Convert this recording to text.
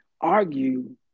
argue